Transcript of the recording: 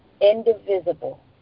indivisible